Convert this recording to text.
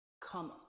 come